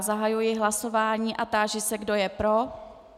Zahajuji hlasování a táži se, kdo je pro.